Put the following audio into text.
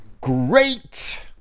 great